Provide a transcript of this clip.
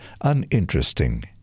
uninteresting